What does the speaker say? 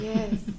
Yes